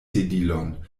sedilon